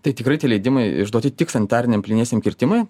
tai tikrai tie leidimai išduoti tik sanitariniam plyniesiem kirtimui